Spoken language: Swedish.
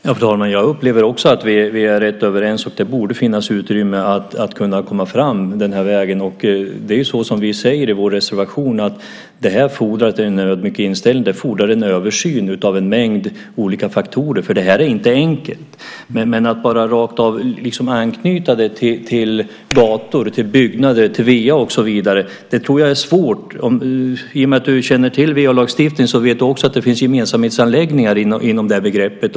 Fru talman! Jag upplever också att vi är ganska överens. Det borde finnas utrymme att komma fram den här vägen. Som vi säger i vår reservation fordrar detta en ödmjuk inställning. Det fordrar en översyn av en mängd olika faktorer. Det här är inte enkelt. Att rakt av anknyta det till gator, byggnader och VA tror jag är svårt. Du känner ju till VA-lagstiftningen och vet då också att det finns gemensamhetsanläggningar inom det här begreppet.